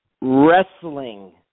Wrestling